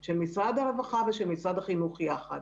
של משרד הרווחה ומשרד החינוך יחד.